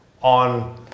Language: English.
on